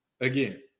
again